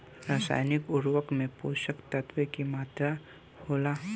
रसायनिक उर्वरक में पोषक तत्व की मात्रा होला?